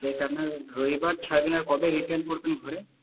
এটা আপনার রবিবার ছাড়লে কবে রিটার্ন করবেন ঘরে